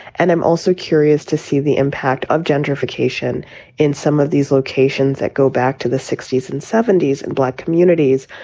and i'm also curious to see the impact of gentrification in some of these locations that go back to the sixty s and seventy s and black communities,